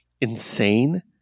insane